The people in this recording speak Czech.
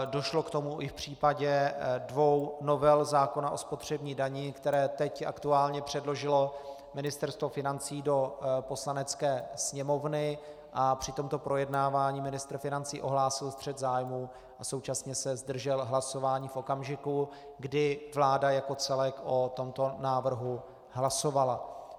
Došlo k tomu i v případě dvou novel zákona o spotřební dani, které teď aktuálně předložilo Ministerstvo financí do Poslanecké sněmovny, a při tomto projednávání ministr financí ohlásil střet zájmů a současně se zdržel hlasování v okamžiku, kdy vláda jako celek o tomto návrhu hlasovala.